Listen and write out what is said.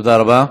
תודה רבה.